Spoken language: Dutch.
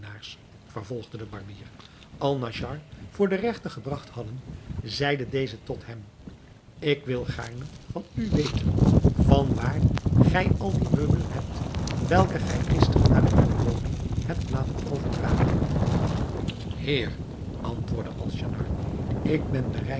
vervolgde de barbier alnaschar voor den regter gebragt hadden zeide deze tot hem ik wil gaarne van u weten van waar gij al die meubelen hebt welke gij gisteren naar uwe woning hebt laten overdragen heer antwoordde alnaschar ik ben bereid